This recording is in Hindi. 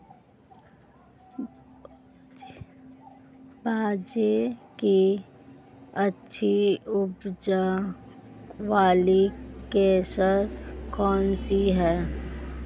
बाजरे की अच्छी उपज वाली किस्म कौनसी है?